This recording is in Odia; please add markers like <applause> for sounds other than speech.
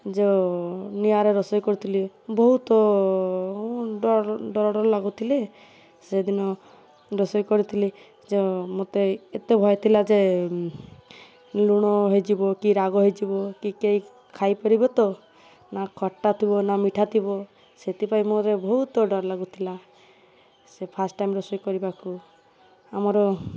ଯୋଉ ନିଆଁରେ ରୋଷେଇ କରୁଥିଲି ବହୁତ ଡର ଡର ଡର ଲାଗୁଥିଲେ ସେଦିନ ରୋଷେଇ କରିଥିଲି <unintelligible> ମତେ ଏତେ ଭୟଥିଲା ଯେ ଲୁଣ ହେଇଯିବ କି ରାଗ ହେଇଯିବ କି କେହି ଖାଇପାରିବ ତ ନା ଖଟା ଥିବ ନା ମିଠା ଥିବ ସେଥିପାଇଁ ମୋତେ ବହୁତ ଡର ଲାଗୁଥିଲା ସେ ଫାଷ୍ଟ୍ ଟାଇମ୍ ରୋଷେଇ କରିବାକୁ ଆମର